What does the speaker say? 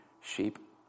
sheep